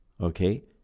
okay